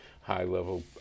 high-level